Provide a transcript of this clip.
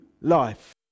life